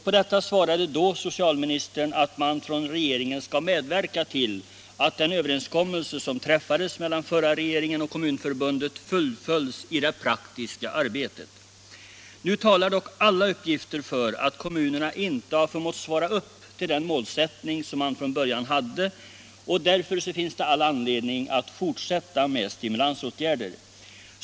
På detta svarade då socialministern att man från regeringen skall medverka till att den överenskommelse som träffades mellan förra regeringen och Kommunförbundet fullföljs i det praktiska arbetet. Nu talar dock alla uppgifter för att kommunerna inte förmått leva upp till den målsättning man från början hade. Därför finns det all anledning att fortsätta med stimulansåtgärder.